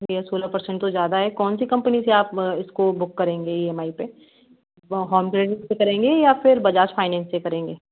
तेरह सोलह परसेंट तो ज़्यादा है कौनसी कंपनी से आप इसको बुक करेंगे इ एम आई पे या फिर बजाज फ़ाइनेन्स से करेंगे